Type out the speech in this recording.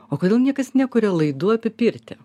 o kodėl niekas nekuria laidų apie pirtį